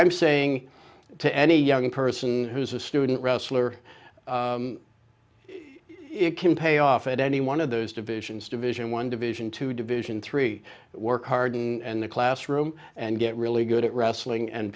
i'm saying to any young person who's a student wrestler it can pay off at any one of those divisions division one division two division three work hard and the classroom and get really good at wrestling and